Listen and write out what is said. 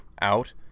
out